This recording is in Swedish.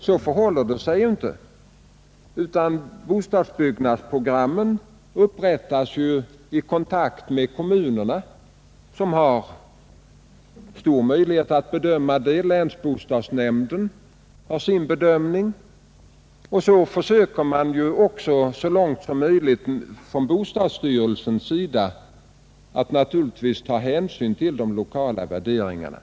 Så förhåller det sig ju inte, utan bostadsbyggnadsprogrammen upprättas i kontakt med kommunerna, som har stora möjligheter att bedöma detta. Länsbostadsnämnden gör sin bedömning, och bostadsstyrelsen försöker naturligtvis att så långt som möjligt ta hänsyn till de lokala värderingarna.